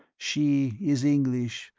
she is english,